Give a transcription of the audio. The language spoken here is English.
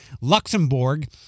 Luxembourg